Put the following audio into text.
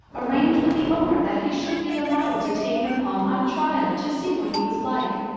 arranged with the owner that he should be allowed to take him home on trial to see what he was like.